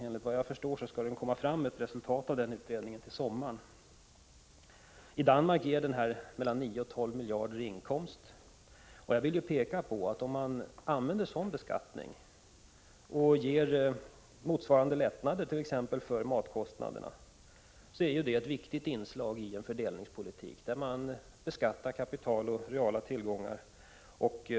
Enligt vad jag förstår skall ett resultat av den utredningen presenteras till sommaren. I Danmark ger en sådan beskattning mellan 9 och 12 miljarder i inkomst. Jag vill peka på att man genom att tillämpa den typen av beskattning samtidigt som man genomför skattelättnader när det gäller matkostnaderna skapar ett viktigt inslag i en fördelningspo litik som syftar till att beskatta kapital och reala tillgångar och minska = Prot.